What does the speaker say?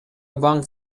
банк